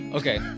okay